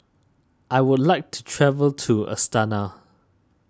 I would like to travel to Astana